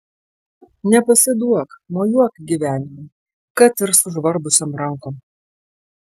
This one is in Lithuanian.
nepasiduok mojuok gyvenimui kad ir sužvarbusiom rankom